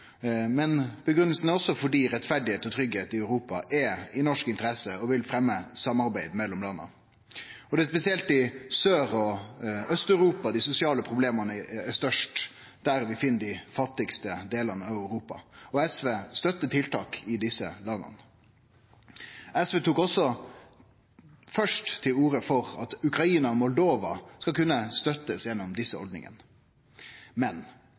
men grunngjevinga er òg fordi rettferd og tryggleik i Europa er i Noregs interesse og vil fremje samarbeid mellom landa. Det er spesielt i Sør- og Aust-Europa dei sosiale problema er størst – det er der vi finn dei fattigaste landa i Europa. SV støttar tiltak i desse landa. SV tok òg først til orde for at Ukraina og Moldova skal kunne bli støtta gjennom desse ordningane, men